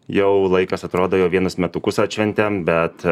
jau laikas atrodo jau vienus metukus atšventėm bet